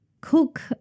cook